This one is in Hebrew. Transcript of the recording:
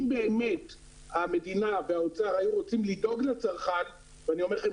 אם באמת המדינה והאוצר היו רוצים לדאוג לצרכן אני אומר לכם